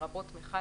לרבות מכל,